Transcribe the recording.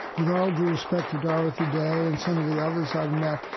with all due respect to dorothy day and some of the others i've met,